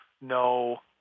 No